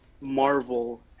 marvel